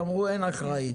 אמרו שאין אחראי,